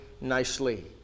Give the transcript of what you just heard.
nicely